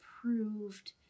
approved